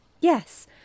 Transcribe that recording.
Yes